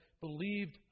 believed